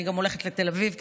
אני גם הולכת לתל אביב,